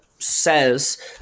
Says